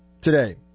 today